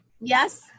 Yes